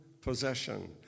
possession